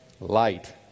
light